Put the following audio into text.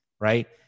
Right